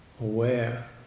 aware